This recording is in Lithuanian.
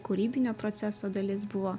kūrybinio proceso dalis buvo